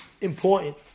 important